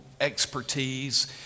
expertise